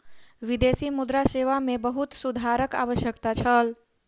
विदेशी मुद्रा सेवा मे बहुत सुधारक आवश्यकता छल